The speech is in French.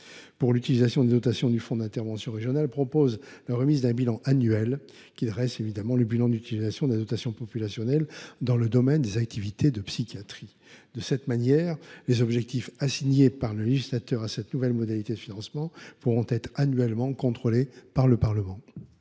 pour l’utilisation des dotations du fonds d’intervention régional, tend à prévoir la rédaction d’un rapport annuel dressant le bilan de l’utilisation de la dotation populationnelle dans le domaine des activités de psychiatrie. De cette manière, les objectifs assignés par le législateur à cette nouvelle modalité de financement pourront être annuellement contrôlés par le Parlement.